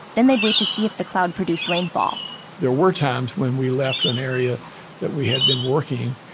then they'd wait to see if the cloud produced rainfall there were times when we left an area that we had been working,